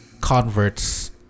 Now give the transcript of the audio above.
converts